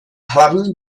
hlavní